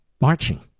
Marching